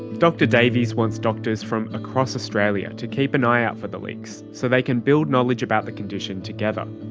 dr davies wants doctors from across australia to keep an eye out for the leaks so they can build knowledge about the condition together.